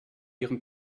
ihren